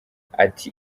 ati